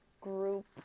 group